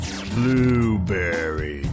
Blueberry